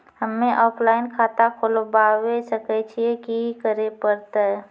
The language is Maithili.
हम्मे ऑफलाइन खाता खोलबावे सकय छियै, की करे परतै?